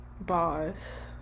boss